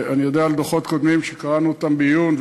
ואני יודע על דוחות קודמים שקראנו בעיון,